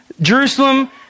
Jerusalem